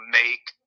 make